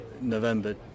November